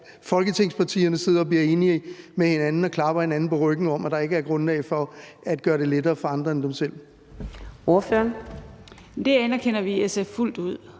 folketingspartierne klapper hinanden på ryggen og sidder og bliver enige med hinanden om, at der ikke er grundlag for at gøre det lettere for andre end dem selv?